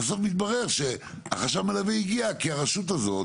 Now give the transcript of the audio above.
בסוף מתברר שהחשב המלווה הגיע כי הרשות הזאת